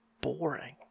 boring